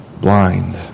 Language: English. blind